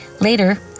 Later